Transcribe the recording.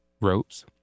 ropes